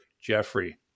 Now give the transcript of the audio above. Jeffrey